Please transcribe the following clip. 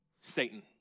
Satan